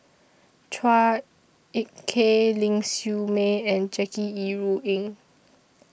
Chua Ek Kay Ling Siew May and Jackie Yi Ru Ying